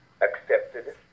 accepted